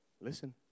Listen